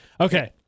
Okay